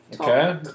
Okay